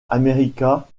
america